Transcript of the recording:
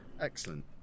Excellent